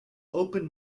open